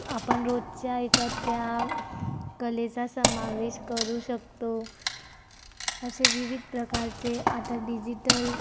आपण रोजच्या याच्यात त्या कलेचा समावेश करू शकतो अशे विविध प्रकारचे आता डिजिटल